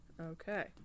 Okay